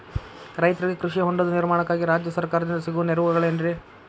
ರೈತರಿಗೆ ಕೃಷಿ ಹೊಂಡದ ನಿರ್ಮಾಣಕ್ಕಾಗಿ ರಾಜ್ಯ ಸರ್ಕಾರದಿಂದ ಸಿಗುವ ನೆರವುಗಳೇನ್ರಿ?